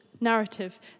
narrative